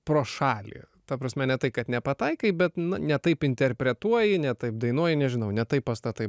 pro šalį ta prasme ne tai kad nepataikai bet n ne taip interpretuoji ne taip dainuoji nežinau ne taip pastatai